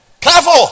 Careful